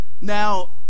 Now